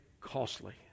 costly